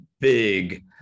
big